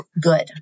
good